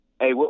Hey